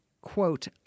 quote